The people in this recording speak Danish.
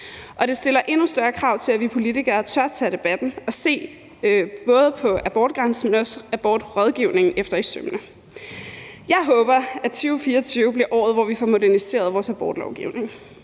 det stiller endnu større krav til, at vi politikere tør tage debatten og se både abortgrænsen, men også abortrådgivningen efter i sømmene. Jeg håber, at 2024 bliver året, hvor vi får moderniseret vores abortlovgivning,